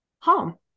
Home